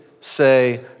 say